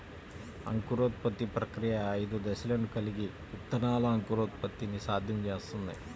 అంకురోత్పత్తి ప్రక్రియ ఐదు దశలను కలిగి విత్తనాల అంకురోత్పత్తిని సాధ్యం చేస్తుంది